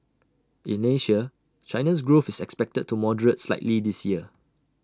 in Asia China's growth is expected to moderate slightly this year